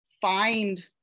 find